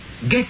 Get